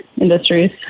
industries